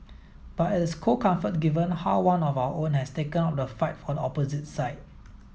but it is cold comfort given how one of our own has taken up the fight for the opposite side